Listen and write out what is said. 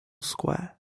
square